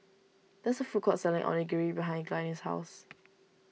there's food court selling Onigiri behind Glynis' house